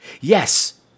yes